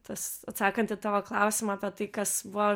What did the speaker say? tas atsakant į tavo klausimą apie tai kas buvo